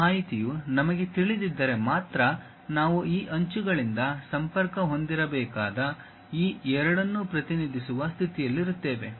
ಆ ಮಾಹಿತಿಯು ನಮಗೆ ತಿಳಿದಿದ್ದರೆ ಮಾತ್ರ ನಾವು ಈ ಅಂಚುಗಳಿಂದ ಸಂಪರ್ಕ ಹೊಂದಿರಬೇಕಾದ ಈ ಎರಡನ್ನು ಪ್ರತಿನಿಧಿಸುವ ಸ್ಥಿತಿಯಲ್ಲಿರುತ್ತೇವೆ